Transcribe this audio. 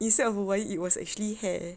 instead of a wire it was actually hair